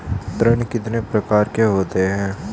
ऋण कितने प्रकार के होते हैं?